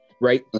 right